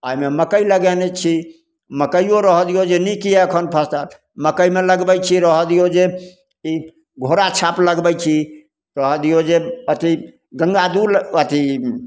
आओर एहिमे मकइ लगेने छी मकइओ रहऽ दिऔ जे नीक यऽ एखन फसिल मकइमे लगबै छी रहऽ दिऔ जे ई घोड़ा छाप लगबै छी रहऽ दिऔ जे अथी गङ्गा दुल अथी